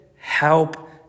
help